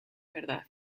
verdad